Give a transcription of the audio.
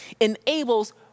enables